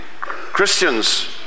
Christians